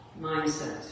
mindset